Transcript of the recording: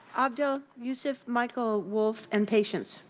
abdul yusuf, michael wolf, and patients.